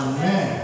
Amen